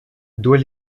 doit